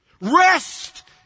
Rest